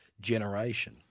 generation